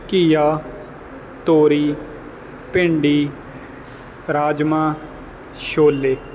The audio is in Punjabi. ਘੀਆ ਤੋਰੀ ਭਿੰਡੀ ਰਾਜਮਾਂਹ ਛੋਲੇ